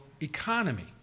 economy